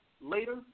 later